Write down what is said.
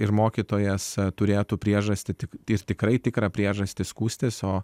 ir mokytojas turėtų priežastį tik tai tikrai tikrą priežastį skųstis o